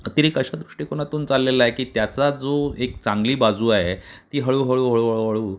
अतिरेक अशा दृष्टीकोनातून चाललेला आहे की त्याचा जो एक चांगली बाजू आहे ती हळूहळू हळू